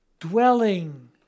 dwelling